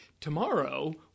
Tomorrow